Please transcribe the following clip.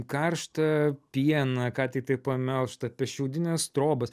karštą pieną ką tiktai pamelžtą apie šiaudines trobas